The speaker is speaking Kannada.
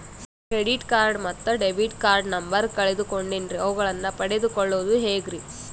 ಕ್ರೆಡಿಟ್ ಕಾರ್ಡ್ ಮತ್ತು ಡೆಬಿಟ್ ಕಾರ್ಡ್ ನಂಬರ್ ಕಳೆದುಕೊಂಡಿನ್ರಿ ಅವುಗಳನ್ನ ಪಡೆದು ಕೊಳ್ಳೋದು ಹೇಗ್ರಿ?